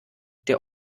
der